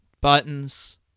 Buttons